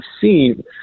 seen